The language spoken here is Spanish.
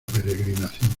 peregrinación